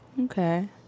Okay